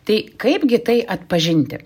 tai kaipgi tai atpažinti